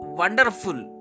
wonderful